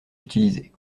utilisé